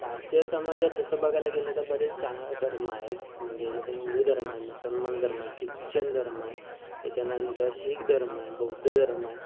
भारतीय समाजात तसं बघायला गेलं तर बरेच चांगलं धर्म आहेत म्हणजे जसं हिंदू धर्म आहे मुसलमान धर्म आहे ख्रिच्चन धर्म आहे त्याच्यानंतर शीख धर्म आहे बौद्ध धर्म आहे